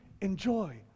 enjoy